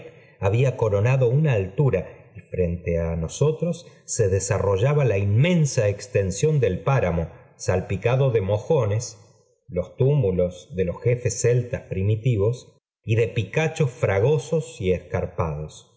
había coronado una altura y frente á nosotros se desarrollaba la inmensa extensión del páramo salpicado de mojones los túmulos de loe jefee celtas primitivos y de prcachos fragosos y es